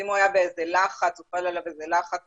אם הוא היה באיזה לחץ, הופעל עליו איזה לחץ